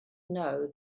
know